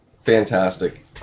fantastic